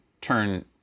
turn